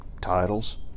titles